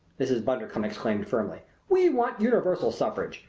mrs. bundercombe exclaimed firmly. we want universal suffrage.